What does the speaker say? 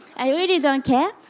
i really don't care.